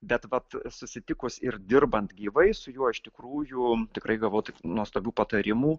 bet vat susitikus ir dirbant gyvai su juo iš tikrųjų tikrai gavau tai nuostabių patarimų